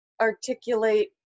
articulate